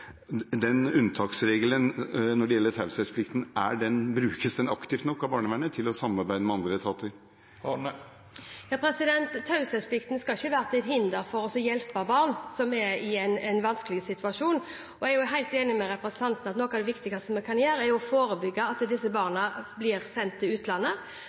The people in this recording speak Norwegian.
andre etater? Taushetsplikten skal ikke være til hinder for å hjelpe barn som er i en vanskelig situasjon. Jeg er helt enig med representanten i at noe av det viktigste vi kan gjøre, er å forebygge at disse barna blir sendt til utlandet.